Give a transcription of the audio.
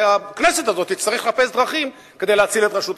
והכנסת הזאת תצטרך לחפש דרכים כדי להציל את רשות השידור.